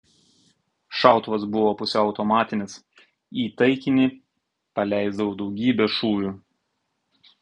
šautuvas buvo pusiau automatinis į taikinį paleisdavau daugybę šūvių